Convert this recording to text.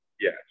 Yes